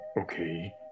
Okay